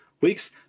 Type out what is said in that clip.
weeks